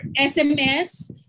SMS